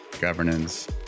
governance